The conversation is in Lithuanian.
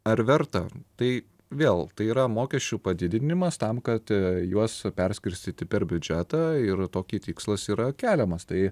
ar verta tai vėl tai yra mokesčių padidinimas tam kad juos perskirstyti per biudžetą ir tokį tikslas yra keliamas tai